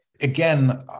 again